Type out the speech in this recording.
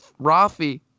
Rafi